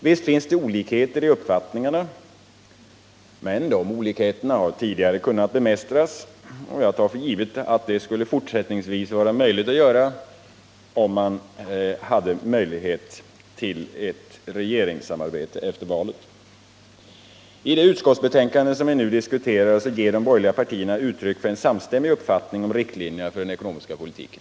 Visst finns det olikheter i uppfattningarna, men de har tidigare kunnat bemästras, och jag tar för givet att det också fortsättningsvis skall vara möjligt att göra det, om man efter valet får möjlighet till regeringssamarbete. I det utskottsbetänkande som vi nu diskuterar ger de borgerliga partierna uttryck för en samstämmig uppfattning om riktlinjerna för den ekonomiska politiken.